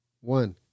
One